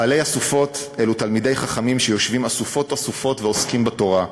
"'בעלי אספות' אלו תלמידי חכמים שיושבין אסופות-אסופות ועוסקין בתורה.